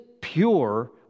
pure